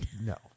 No